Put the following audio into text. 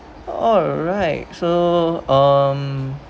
alright so um